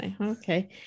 Okay